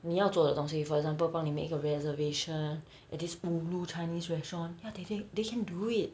你要做的东西 for example 帮你 make 一个 reservation at this ulu chinese restaurant ya they can they can do it